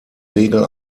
regel